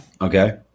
Okay